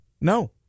No